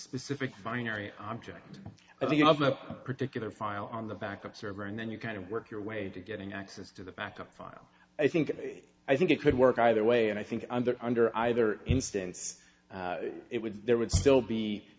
specific binary object i think of that particular file on the backup server and then you kind of work your way to getting access to the backup file i think i think it could work either way and i think under under either instance it would there would still be